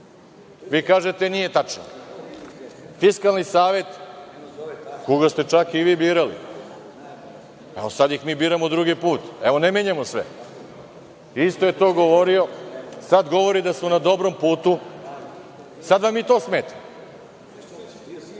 Vi kažete - nije tačno. Fiskalni savet koga ste čak i vi birali, evo, sad ih mi biramo drugi put, evo ne menjamo sve, isto je to govorio, sad govori da smo na dobrom putu, sad vam i to smeta.